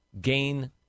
gain